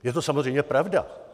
Je to samozřejmě pravda.